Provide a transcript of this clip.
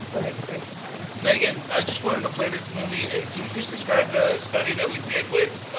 go ahead chris sorry. megan, i just wanted to play this movie and can you just describe the study that we did with,